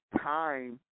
Time